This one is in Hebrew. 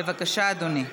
בבקשה, אדוני.